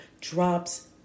drops